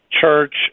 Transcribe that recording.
church